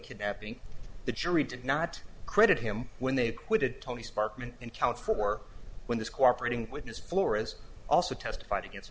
kidnapping the jury did not credit him when they acquitted tony sparkman in count four when this cooperating witness flores also testified against